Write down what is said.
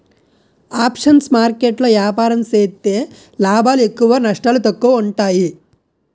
options market లో ఏపారం సేత్తే లాభాలు ఎక్కువ నష్టాలు తక్కువ ఉంటాయి